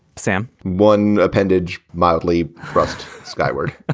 sam, one appendage mildly thrust skyward ah